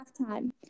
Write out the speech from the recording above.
halftime